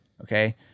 Okay